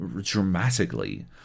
dramatically